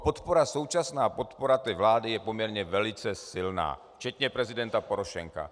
Podpora, současná podpora té vlády je poměrně velice silná, včetně prezidenta Porošenka.